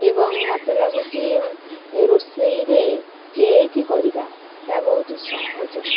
ଏବଂ ମୋତେ ଲାଗୁଛି ରୋଷେଇରେ କେକ୍ କରିବା ତାହା ବହୁତ ସହଜ